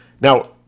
Now